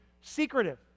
secretive